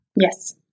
Yes